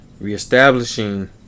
Reestablishing